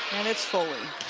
and it's foley.